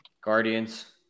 Guardians